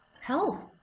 health